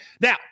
Now